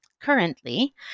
Currently